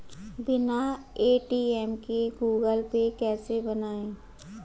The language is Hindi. बिना ए.टी.एम के गूगल पे कैसे बनायें?